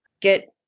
get